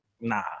nah